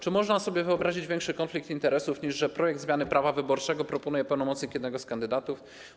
Czy można sobie wyobrazić większy konflikt interesów niż to, że projekt zmiany prawa wyborczego proponuje pełnomocnik jednego z kandydatów?